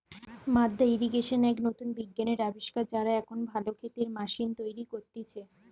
মাদ্দা ইর্রিগেশন এক নতুন বিজ্ঞানের আবিষ্কার, যারা এখন ভালো ক্ষেতের ম্যাশিন তৈরী করতিছে